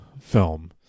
film